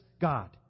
God